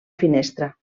finestra